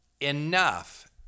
enough